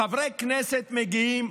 חברי כנסת מגיעים,